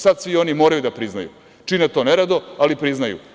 Sad svi oni moraju da priznaju, čine to nerado ali priznaju.